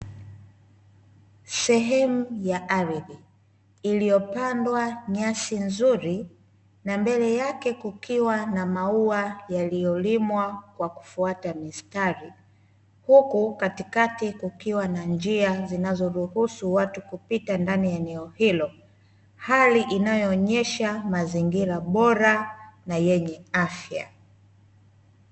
Sehemu ya ardhi iliyopandwa nyasi nzuri, na mbele yake kukiwa na maua yaliyolimwa kwa kufuata mistari, huku katikati kukiwa na njia zinazoruhusu watu kupita ndani ya eneo hilo, hali inayoruhusu mazingira bora na yenye afya.